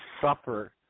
suffer